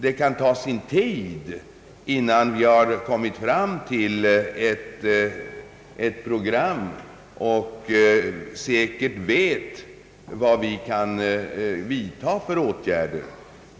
Det kan ta sin tid innan vi har kommit fram till ett program och säkert vet vilka åtgärder vi kan vidta.